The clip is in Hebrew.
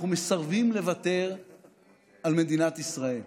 אנחנו מסרבים לוותר על מדינת ישראל.